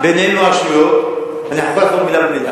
ביניהם הרשויות, אני יכול לחזור מלה במלה.